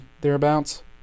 thereabouts